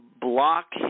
block